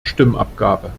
stimmabgabe